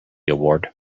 award